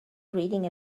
reading